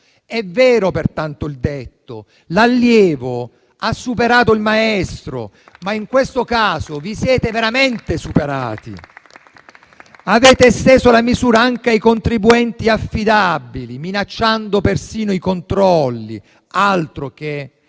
È vero, pertanto, il detto per cui l'allievo ha superato il maestro, ma in questo caso vi siete veramente superati: avete esteso la misura anche ai contribuenti affidabili, minacciando persino i controlli.